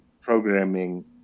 programming